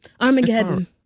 armageddon